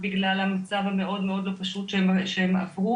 בגלל המצב המאוד לא פשוט שהם עברו.